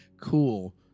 cool